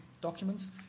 documents